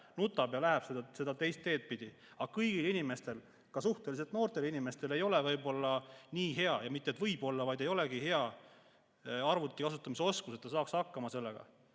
nutab ja läheb seda teist teed pidi. Aga kõigil inimestel, ka suhteliselt noortel inimestel ei ole võib-olla nii hea – mitte võib-olla, vaid ei olegi nii hea – arvuti kasutamise oskus, et nad saaks hakkama sellega,